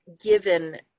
given